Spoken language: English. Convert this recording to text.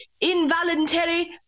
involuntary